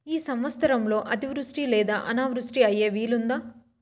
ఈ సంవత్సరంలో అతివృష్టి లేదా అనావృష్టి అయ్యే వీలుందా?